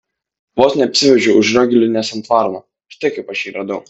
vos neapsivožiau užrioglinęs ant varno štai kaip aš jį radau